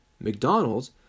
McDonald's